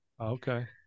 Okay